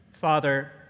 Father